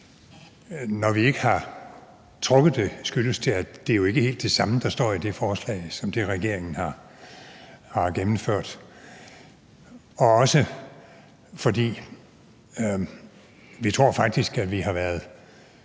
Når vi ikke har trukket det, skyldes det, at det jo ikke er helt det samme, der står i det forslag som det, regeringen har gennemført, og også at vi faktisk tror, at vi har været